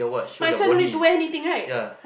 might as well don't need to wear anything right